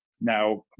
now